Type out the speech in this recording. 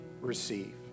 receive